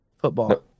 Football